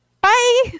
Bye